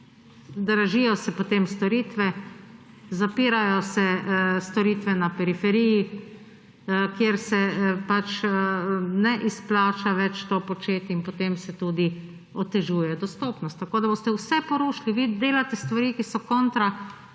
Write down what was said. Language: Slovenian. Dražijo se potem storitve, zapirajo se storitve na periferiji, kjer se ne izplača več tega početi, in potem se tudi otežuje dostopnost. Tako da boste vse porušili. Vi delate stvari, ki so kontra